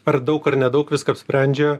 ar daug ar nedaug viską apsprendžia